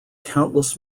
countless